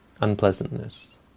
unpleasantness